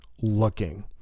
looking